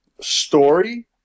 story